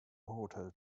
hotel